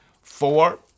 Four